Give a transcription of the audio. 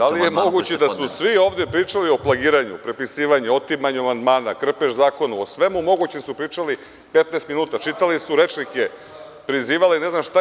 Pa da li je moguće da su svi ovde pričali o plagiranju, prepisivanju, otimanju amandmana, krpež zakonu, o svemu mogućem su pričali 15 minuta, čitali su rečnike, prizivali ne znam šta